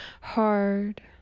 hard